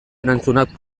erantzunak